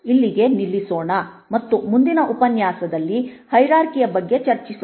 ಇಲ್ಲಿಗೆ ನಿಲ್ಲಿಸೋಣ ಮತ್ತು ಮುಂದಿನ ಉಪನ್ಯಾಸದಲ್ಲಿ ಹೈರಾರ್ಕಿ ಯ ಬಗ್ಗೆ ಚರ್ಚಿಸೋಣ